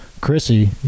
chrissy